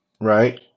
Right